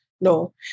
no